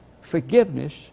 Forgiveness